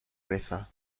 reza